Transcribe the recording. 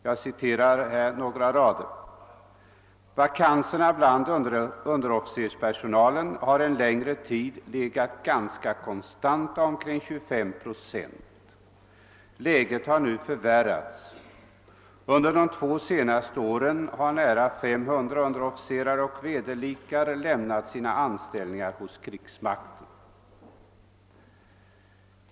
Jag citerar några rader ur den: »Vakanserna bland underofficerspersonalen har en längre tid legat ganska konstanta omkring 25 70. Läget har nu förvärrats. Under de senaste två åren har nära 500 underofficerare och vederlikar lämnat sina anställningar hos krigsmakten.